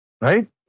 Right